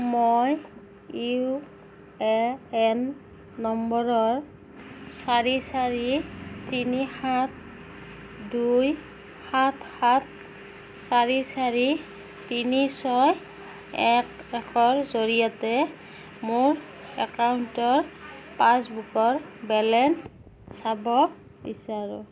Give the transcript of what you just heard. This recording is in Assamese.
মই ইউ এ এন নম্বৰৰ চাৰি চাৰি তিনি সাত দুই সাত সাত চাৰি চাৰি তিনি ছয় একৰ জৰিয়তে মোৰ একাউণ্টৰ পাছবুকৰ বেলেঞ্চ চাব বিচাৰোঁ